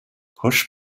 push